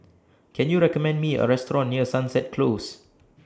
Can YOU recommend Me A Restaurant near Sunset Close